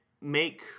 make